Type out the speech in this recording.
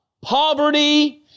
poverty